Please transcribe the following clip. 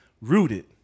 Rooted